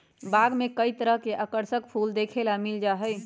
बाग में कई तरह के आकर्षक फूल देखे ला मिल जा हई